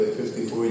54